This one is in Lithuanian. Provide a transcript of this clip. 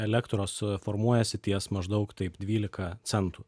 elektros formuojasi ties maždaug taip dvylika centų